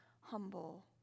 humble